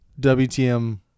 WTM